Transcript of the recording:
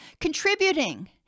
contributing